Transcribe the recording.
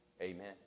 Amen